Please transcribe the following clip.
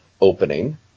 opening